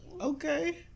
okay